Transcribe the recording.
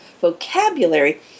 vocabulary